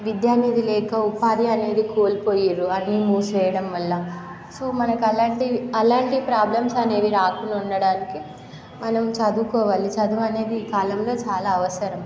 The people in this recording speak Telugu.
విద్యా అనేది లేక ఉపాధి అనేది కోల్పోయారు అన్ని మూసి వేయడం వల్ల సో మనకు అలాంటివి అలాంటి ప్రాబ్లమ్స్ అనేవి రాకుండా ఉండడానికి మనం చదువుకోవాలి చదువు అనేది ఈ కాలంలో చాలా అవసరం